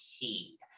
key